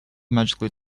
magically